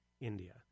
India